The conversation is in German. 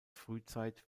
frühzeit